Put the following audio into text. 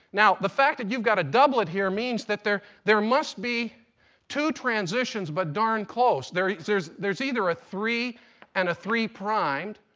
now, the fact that you've got a doublet here means that there there must be two transitions, but darn close. there's there's either a three and a three primed,